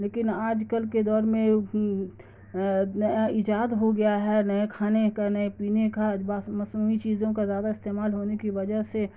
لیکن آج کل کے دور میں نیا ایجاد ہو گیا ہے نئے کھانے کا نئے پینے کا چیزوں کا زیادہ استعمال ہونے کی وجہ سے